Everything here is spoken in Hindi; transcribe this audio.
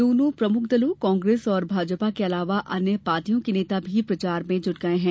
दोनों प्रमुख दलों कांग्रेस और भाजपा के अलावा अन्य पार्टियों के नेता भी प्रचार में जुट गये हैं